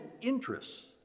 interests